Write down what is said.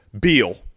Beal